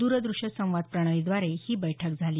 दूरदृष्य संवाद प्रणीलाद्वारे ही बैठक झाली